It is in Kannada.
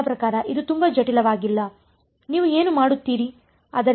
ನನ್ನ ಪ್ರಕಾರ ಇದು ತುಂಬಾ ಜಟೀಲವಾಗಿಲ್ಲ ನೀವು ಏನು ಮಾಡುತ್ತೀರಿ